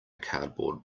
cardboard